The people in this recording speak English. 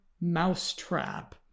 mousetrap